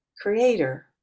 creator